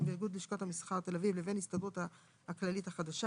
ואיגוד לשכות המסחר תל אביב לבין ההסתדרות הכללית החדשה,